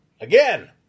Again